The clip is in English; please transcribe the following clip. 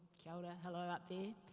kia ora, hello up there.